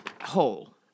hole